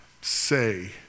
say